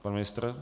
Pan ministr?